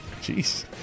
Jeez